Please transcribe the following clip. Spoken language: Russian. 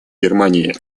германии